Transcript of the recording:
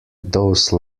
those